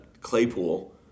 Claypool